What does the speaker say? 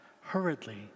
hurriedly